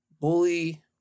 Bully